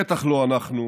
בטח לא אנחנו,